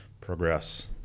progress